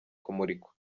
kumurikwa